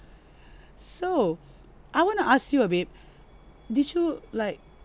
so I wanna ask you ah babe did you like